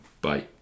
Bye